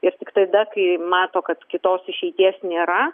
ir tik tada kai mato kad kitos išeities nėra